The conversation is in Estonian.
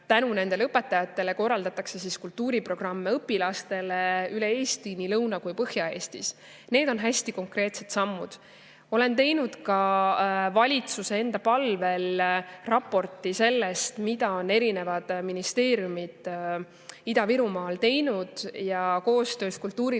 tänu nendele õpetajatele kultuuriprogramme õpilastele üle Eesti, nii Lõuna- kui ka Põhja-Eestis. Need on hästi konkreetsed sammud. Olen teinud ka valitsuse enda palvel raporti sellest, mida on erinevad ministeeriumid Ida-Virumaal teinud, ja koostöös kultuurilise